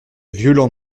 violents